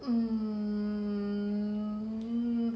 um~